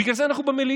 בגלל זה אנחנו במליאה.